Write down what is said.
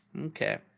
Okay